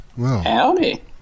Howdy